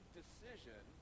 decision